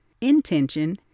intention